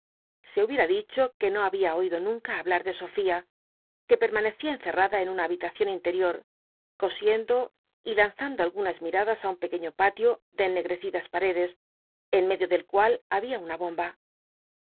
se hubiera dicho que no babia oido nunca hablar de sofía que permanecía encerrada en una habitacion intel'ior cosiendo y lanzando algunas miradas á un pequeño paqo de ennegrecidas paredes en medio del cual babia una bomba